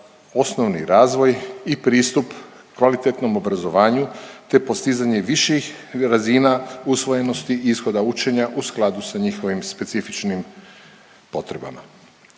osnovni razvoj i pristup kvalitetnom obrazovanju, te postizanje viših razina usvojenosti ishoda učenja u skladu sa njihovim specifičnim potrebama.